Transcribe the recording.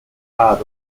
padova